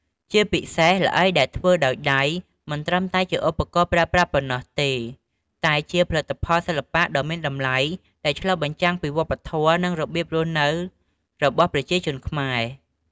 ជាពិសេស ល្អីដែលធ្វើដោយដៃ មិនត្រឹមតែជាឧបករណ៍ប្រើប្រាស់ប៉ុណ្ណោះទេ តែជាផលិតផលសិល្បៈដ៏មានតម្លៃដែលឆ្លុះបញ្ចាំងពីវប្បធម៌ និងរបៀបរស់នៅរបស់ប្រជាជនខ្មែរ។